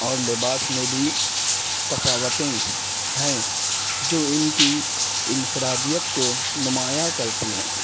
اور لباس میں بھی تفاوتیں ہیں جو ان کی انفرادیت کو نمایاں کرتی ہیں